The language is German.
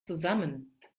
zusammen